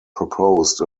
proposed